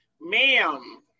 ma'am